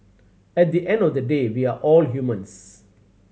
at the end of the day we are all humans